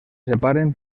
separen